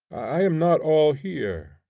i am not all here